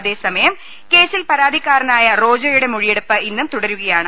അതേസമയം കേസിൽ പരാതിക്കാരനായ റോജോയുടെ മൊഴിയെടുപ്പ് ഇന്നും തുടരുകയാണ്